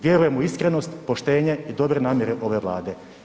Vjerujem u iskrenost, poštenje i dobre namjere ove Vlade.